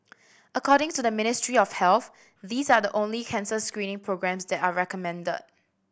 according to the Ministry of Health these are the only cancer screening programmes that are recommended